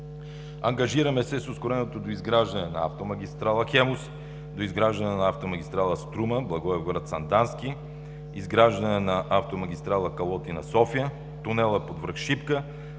Ангажираме се с ускореното доизграждане на автомагистрала „Хемус“, доизграждане на автомагистрала „Струма“ – Благоевград – Сандански, изграждане на автомагистрала Калотина – София, тунела под връх Шипка,